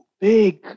big